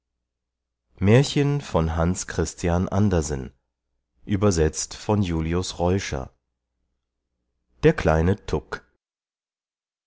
bleiben der kleine tuk